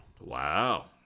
Wow